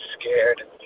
scared